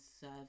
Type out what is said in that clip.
serve